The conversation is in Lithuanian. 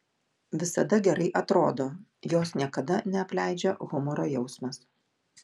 visada gerai atrodo jos niekada neapleidžia humoro jausmas